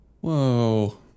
Whoa